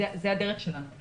זו הדרך שלנו.